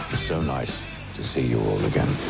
so nice to see you all again